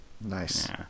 Nice